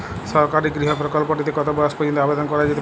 সরকারি গৃহ প্রকল্পটি তে কত বয়স পর্যন্ত আবেদন করা যেতে পারে?